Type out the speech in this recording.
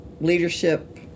leadership